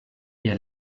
ihr